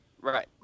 Right